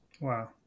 Wow